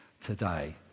today